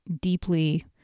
deeply